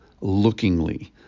lookingly